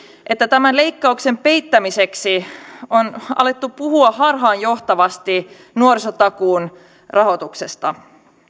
että tämän leikkauksen peittämiseksi on alettu puhua harhaanjohtavasti nuorisotakuun rahoituksesta